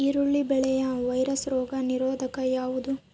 ಈರುಳ್ಳಿ ಬೆಳೆಯ ವೈರಸ್ ರೋಗ ನಿರೋಧಕ ಯಾವುದು?